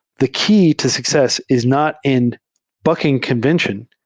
the key to success is not in bucking convention.